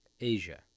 Asia